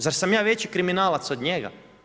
Zar sam ja veći kriminalac od njega?